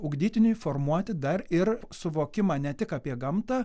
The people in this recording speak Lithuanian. ugdytiniui formuoti dar ir suvokimą ne tik apie gamtą